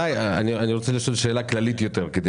אני רוצה לשאול שאלה כללית יותר כדי